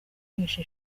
guhesha